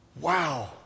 Wow